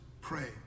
pray